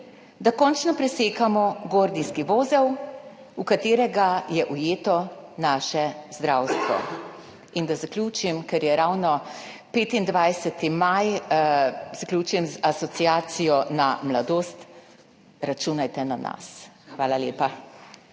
da končno presekamo gordijski vozel, v katerega je ujeto naše zdravstvo. Da zaključim. Ker je ravno 25. maj, zaključim z asociacijo na mladost: »Računajte na nas.« Hvala lepa.